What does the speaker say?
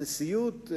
הנשיאות,